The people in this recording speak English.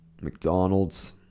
McDonald's